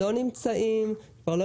לא נמצאים,